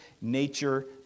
nature